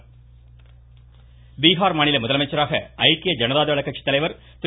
பீகார் பீகார் மாநில முதலமைச்சராக ஐக்கிய ஐனதா தள கட்சி தலைவர் திரு